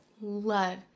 love